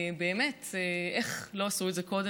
באמת, איך לא עשו את זה קודם?